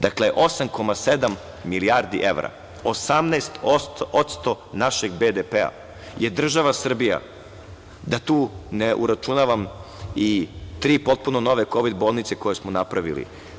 Dakle, 8,7 milijardi evra, 18% našeg BDP-a je država Srbija, da tu ne uračunavam i tri potpuno nove kovid bolnice koje smo napravili.